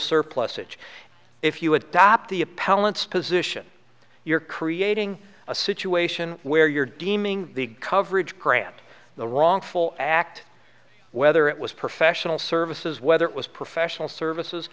surplusage if you adopt the appellant's position you're creating a situation where you're deeming the coverage grant the wrongful act whether it was professional services whether it was professional services